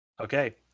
Okay